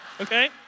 Okay